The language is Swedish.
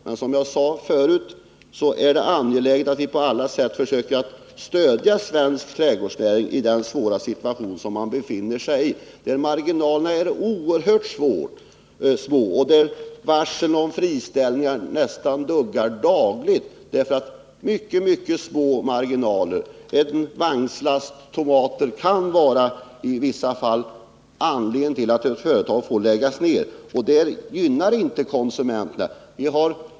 Men som jag sade förut är det angeläget att vi på alla sätt försöker stödja svensk trädgårdsnäring i den svåra situation den befinner sig i. Marginalerna är oerhört små, och varsel om friställningar duggar nästan dagligen. En vagnslast tomater kan t.ex. i vissa fall vara anledningen till att ett företag får läggas ned, och det gynnar inte konsumenterna.